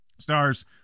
Stars